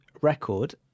record